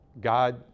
God